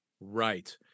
right